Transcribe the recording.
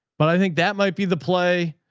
but i think that might be the play.